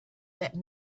that